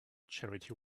charity